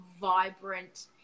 vibrant